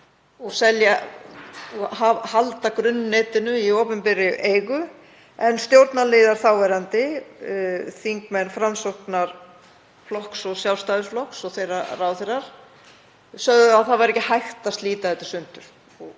í sundur og halda grunnnetinu í opinberri eigu en stjórnarliðar þáverandi, þingmenn Framsóknarflokks og Sjálfstæðisflokks og þeirra ráðherrar sögðu að það væri ekki hægt að slíta þetta í sundur.